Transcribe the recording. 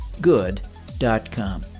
good.com